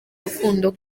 urukundo